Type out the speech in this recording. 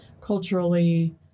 culturally